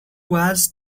was